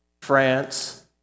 France